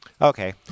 Okay